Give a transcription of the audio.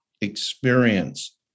experience